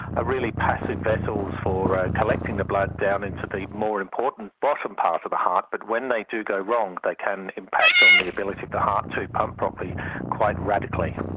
are really passive vessels for ah collecting the blood down into the more important bottom part of the heart, but when they do go wrong they can impact on the ability of the heart to pump properly quite radically.